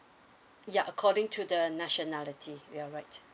ya according to the nationality you're right